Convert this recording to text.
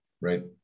Right